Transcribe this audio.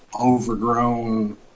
overgrown